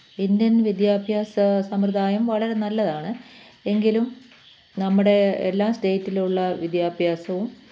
Indian വിദ്യാഭ്യാസ സമ്പ്രദായം വളരെ നല്ലതാണ് എങ്കിലും നമ്മുടെ എല്ലാ സ്റ്റേറ്റിലും ഉള്ള വിദ്യാഭ്യാസവും